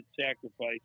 sacrifice